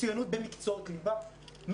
מצוינות במקצועות ליבה,